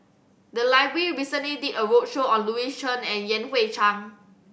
the library recently did a roadshow on Louis Chen and Yan Hui Chang